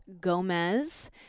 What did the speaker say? Gomez